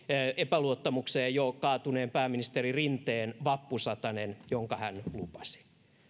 epäluottamukseen jo kaatuneen pääministeri rinteen vappusatanen jonka hän lupasi